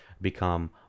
become